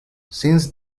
since